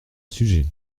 sujet